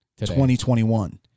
2021